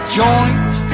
joint